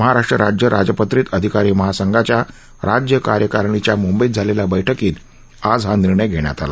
महाराष्ट्र राज्य राजपत्रित अधिकारी महासंघाच्या राज्य कार्यकारिणीच्या मुंबईत झालेल्या बैठकीत आज हा निर्णय घेण्यात आला